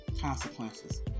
consequences